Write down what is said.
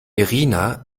irina